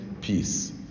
peace